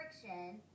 friction